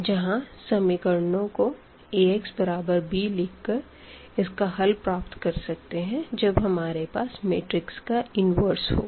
जहाँ इक्वेशनस को Ax बराबर bलिख कर इसका हल प्राप्त कर सकते हैं जब हमारे पास मैट्रिक्स का इन्वर्स होगा